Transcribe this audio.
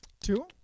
Two